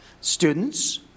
students